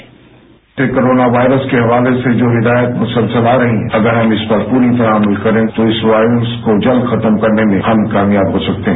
bite coronavirus के हवाले से जो हिदायत मुसलसल आ रही हैं अगर हम इस पर पूरी तरह अमल करें तो इस वायरस को जल्द खत्म करने में हम कामयाब हो सकते हैं